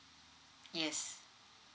yes